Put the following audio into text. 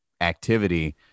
activity